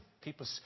people